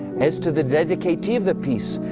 as to the dedicatee of the piece,